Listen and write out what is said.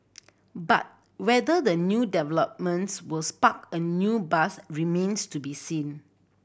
but whether the new developments will spark a new buzz remains to be seen